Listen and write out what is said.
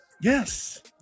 Yes